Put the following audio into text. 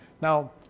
Now